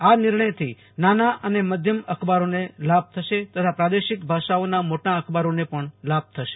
આ નિર્ણયથી નાના અને મધ્યમ અખબારોને લાભ થશે તથા પ્રાદેશિક ભાષાઓના મોટા અખબારોને પણ લાભ થશે